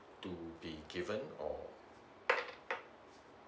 to be given or